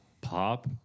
pop